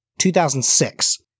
2006